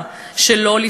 36%